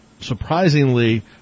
surprisingly